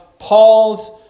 Paul's